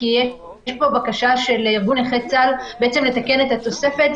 כי יש פה בקשה של ארגון נכי צה"ל לתקן את התוספת.